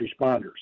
responders